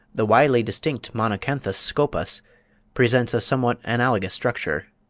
the widely distinct monacanthus scopas presents a somewhat analogous structure.